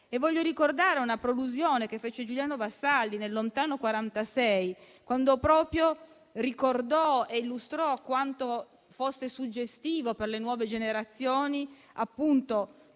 Voglio ricordare una prolusione che fece Giuliano Vassalli nel lontano 1946, quando ricordò e illustrò quanto fosse suggestivo per le nuove generazioni